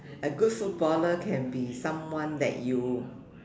a good footballer can be someone that you